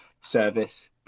service